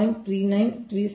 39375 ಬರುತ್ತಿದೆ